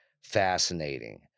fascinating